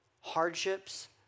Hardships